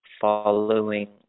following